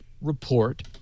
report